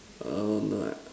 oh no I